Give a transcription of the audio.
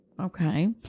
Okay